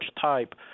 type